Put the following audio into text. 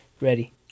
ready